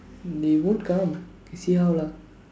they won't come see how lah